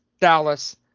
Dallas